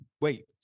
wait